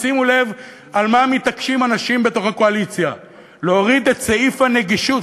שימו לב על מה מתעקשים אנשים בתוך הקואליציה: להוריד את סעיף הנגישות.